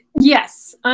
yes